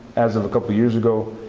as of a couple of years ago,